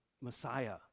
Messiah